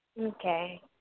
Okay